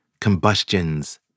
Combustions